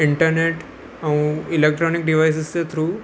internet ऐं electronic devices जे through